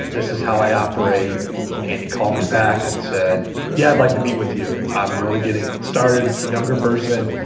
this is how i operate and he called me back and said yeah i'd like to meet with you. i'm really getting started, a younger person.